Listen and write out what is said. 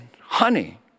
honey